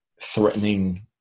threatening